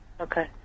Okay